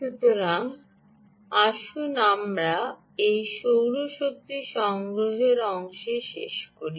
সুতরাং আসুন আমরা এই সৌর শক্তি সংগ্রহের অংশে শেষ করি